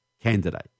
candidate